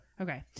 Okay